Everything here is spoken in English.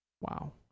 Wow